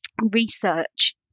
research